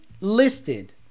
listed